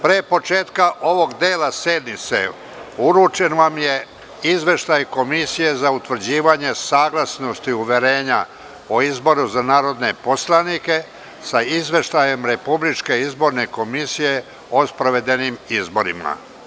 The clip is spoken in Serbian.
Pre početka ovog dela sednice uručen vam je Izveštaj Komisije za utvrđivanje saglasnosti uverenja o izboru za narodne poslanike sa Izveštajem Republičke izborne komisije o sprovedenim izborima.